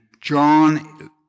John